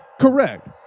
Correct